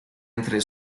entre